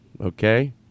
Okay